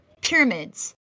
Pyramids